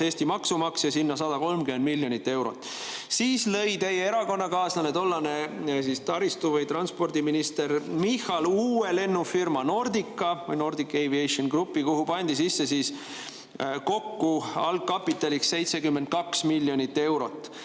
Eesti maksumaksja seal 130 miljonit eurot. Siis lõi teie erakonnakaaslane, tollane taristu‑ või transpordiminister Michal uue lennufirma Nordica või Nordic Aviation Groupi, kuhu pandi algkapitaliks sisse kokku 72 miljonit eurot.